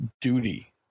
duty